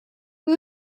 who